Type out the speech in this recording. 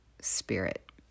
spirit